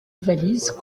valise